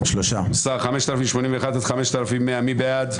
רוויזיה על הסתייגויות 4260-2241, מי בעד?